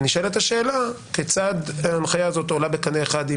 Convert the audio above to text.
ונשאלת השאלה כיצד הנחיה זאת עולה בקנה אחד עם